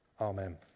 Amen